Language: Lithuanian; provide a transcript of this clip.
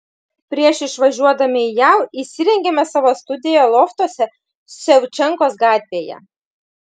prieš išvažiuodami į jav įsirengėme savo studiją loftuose ševčenkos gatvėje